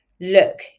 look